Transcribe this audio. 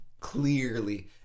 Clearly